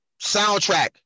Soundtrack